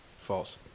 False